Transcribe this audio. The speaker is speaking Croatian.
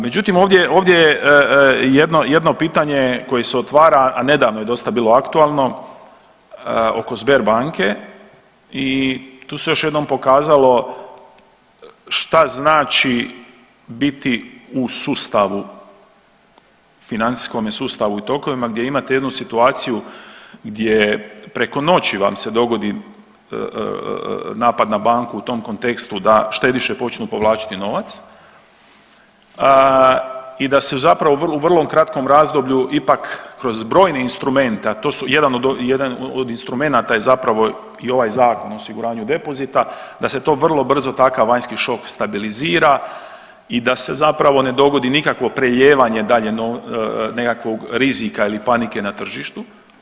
Međutim ovdje je, ovdje je jedno jedno pitanje koje se otvara, a nedavno je dosta bilo aktualno oko Sberbanke i tu se još jednom pokazalo šta znači biti u sustavu, financijskome sustavu i tokovima gdje imate jednu situaciju gdje preko noći vam se dogodi napad na banku u tom kontekstu da štediše počnu povlačiti novac i da se u zapravo vrlo kratkom razdoblju ipak kroz brojne instrumente, a to su, jedan od, jedan od instrumenata je zapravo i ovaj Zakon o osiguranju depozita, da se to vrlo brzo takav vanjski šok stabilizira i da se zapravo ne dogodi nikakvo preljevanje dalje nekakvog rizika ili panike na tržište.